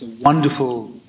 wonderful